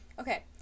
Okay